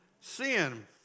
Sin